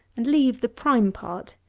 and leave the prime part,